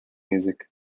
music